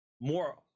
more